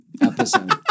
episode